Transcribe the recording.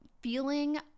feeling